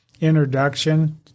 introduction